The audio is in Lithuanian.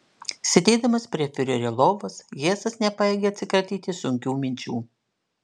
sėdėdamas prie fiurerio lovos hesas nepajėgė atsikratyti sunkių minčių